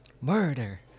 murder